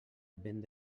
vent